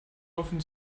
offen